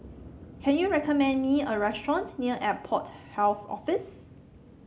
can you recommend me a restaurant near Airport Health Office